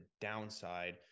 downside